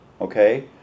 okay